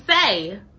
say